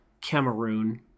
Cameroon